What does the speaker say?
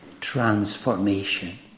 transformation